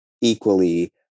equally